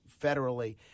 federally